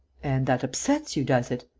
and that upsets you, does it.